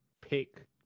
pick